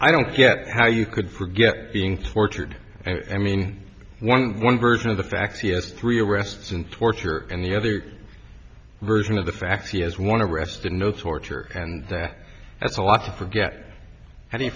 i don't get how you could forget being tortured i mean one one version of the facts yes three arrests and torture and the other version of the fact he has one arrest and no torture and that has a lot to forget an